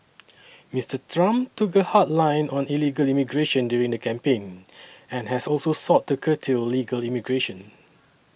Mister Trump took a hard line on illegal immigration during the campaign and has also sought to curtail legal immigration